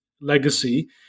legacy